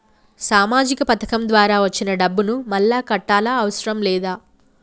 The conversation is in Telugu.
సామాజిక పథకం ద్వారా వచ్చిన డబ్బును మళ్ళా కట్టాలా అవసరం లేదా?